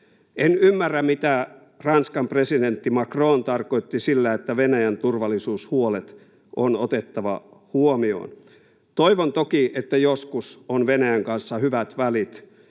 En ymmärrä, mitä Ranskan presidentti Macron tarkoitti sillä, että Venäjän turvallisuushuolet on otettava huomioon. Toivon toki, että joskus on Venäjän kanssa hyvät välit,